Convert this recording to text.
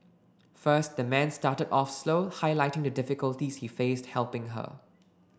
first the man started off slow highlighting the difficulties he faced helping her